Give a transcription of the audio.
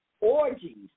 orgies